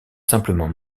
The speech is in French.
simplement